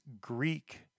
Greek